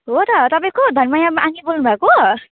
हो त तपाईँ को हो धनमाया आङ्गी बोल्नु भएको